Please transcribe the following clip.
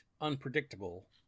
unpredictable